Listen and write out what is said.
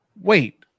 wait